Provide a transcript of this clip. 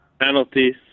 Penalties